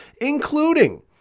including